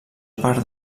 part